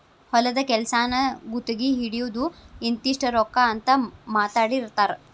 ಹೊಲದ ಕೆಲಸಾನ ಗುತಗಿ ಹಿಡಿಯುದು ಇಂತಿಷ್ಟ ರೊಕ್ಕಾ ಅಂತ ಮಾತಾಡಿರತಾರ